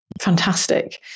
Fantastic